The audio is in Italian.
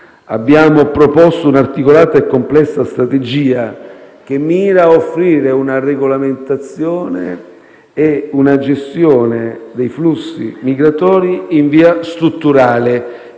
abbiamo proposto un'articolata e complessa strategia che mira ad offrire una regolamentazione e una gestione dei flussi migratori in via strutturale,